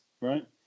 right